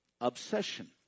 obsession